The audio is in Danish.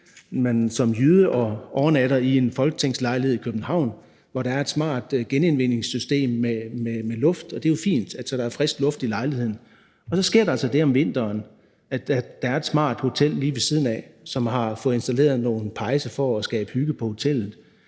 som jyde overnatter i en folketingslejlighed i København, hvor der er et smart genindvindingssystem med luft, og det er jo fint, så der er frisk luft i lejligheden, og så sker der altså det om vinteren, at der er et smart hotel lige ved siden af, som har fået installeret nogle pejse for at skabe hygge på hotellet.